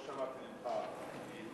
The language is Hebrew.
לא שמעתי ממך גינוי.